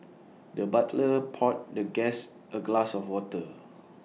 the butler poured the guest A glass of water